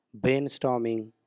brainstorming